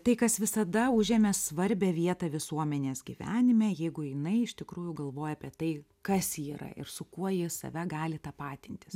tai kas visada užėmė svarbią vietą visuomenės gyvenime jeigu jinai iš tikrųjų galvoja apie tai kas ji yra ir su kuo ji save gali tapatintis